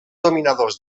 dominadors